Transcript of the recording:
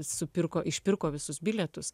supirko išpirko visus bilietus